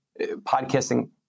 podcasting